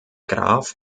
graf